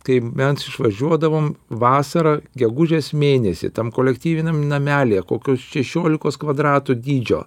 kaip mes išvažiuodavom vasarą gegužės mėnesį tam kolektyviniam namelyje kokius šešiolikos kvadratų dydžio